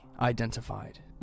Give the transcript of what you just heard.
identified